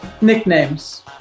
Nicknames